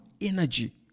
energy